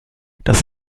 das